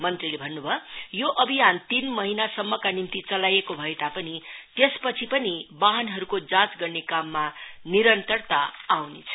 मंत्रीले भन्न् भयो यो अभियान तीन महिनासम्मका निम्ति चलाइएको भएतापनि त्यसपछि पनि वाहनहरुको जाँच गर्ने काममा निरन्तरता आइनेछ